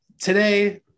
today